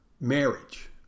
marriage